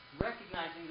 recognizing